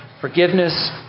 forgiveness